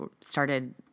started